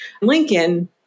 Lincoln